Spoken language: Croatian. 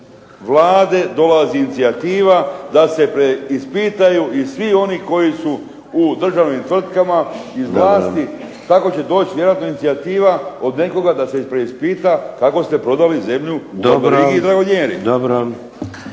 Vlade dolazi inicijativa da se preispitaju i svi oni koji su u draženim tvrtkama, iz vlasti, tako će doći vjerojatno inicijativa od nekoga da se preispita kako ste prodali zemlju… **Bebić,